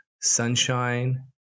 sunshine